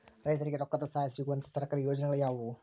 ರೈತರಿಗೆ ರೊಕ್ಕದ ಸಹಾಯ ಸಿಗುವಂತಹ ಸರ್ಕಾರಿ ಯೋಜನೆಗಳು ಯಾವುವು?